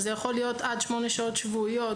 זה יכול להיות עד 8 שעות שבועיות,